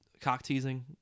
cock-teasing